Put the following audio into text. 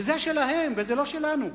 זה שלהם וזה שלנו.